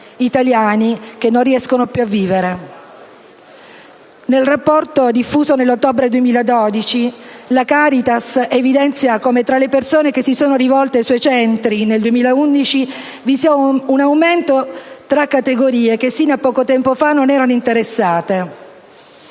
italiani che non riescono più a vivere. Nel rapporto diffuso nell'ottobre 2012, la Caritas evidenzia come tra le persone che si sono rivolte ai suoi centri nel 2011 vi sia un aumento di quelle appartenenti a categorie che sino a poco tempo fa non erano interessate